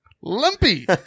Lumpy